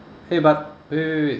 eh but wait wait wait wait